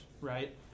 right